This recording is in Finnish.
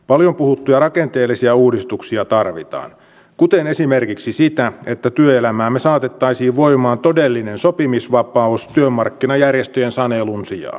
paljon puhuttuja rakenteellisia uudistuksia tarvitaan kuten esimerkiksi sitä että työelämäämme saatettaisiin voimaan todellinen sopimisvapaus työmarkkinajärjestöjen sanelun sijaan